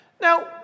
Now